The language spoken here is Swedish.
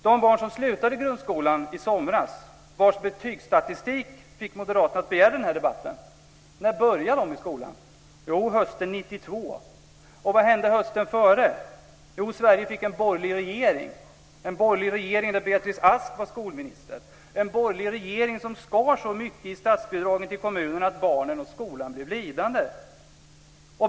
De barn som slutade grundskolan i somras, vars betygsstatistik fick Moderaterna att begära den här debatten, när började de i skolan? Jo, de började hösten 1992. Vad hände hösten före? Jo, Sverige fick en borgerlig regering - en borgerlig regering där Beatrice Ask var skolminister, en borgerlig regering som skar så mycket i statsbidragen till kommunerna att barnen och skolan blev lidande.